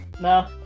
No